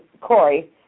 Corey